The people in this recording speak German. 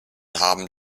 haben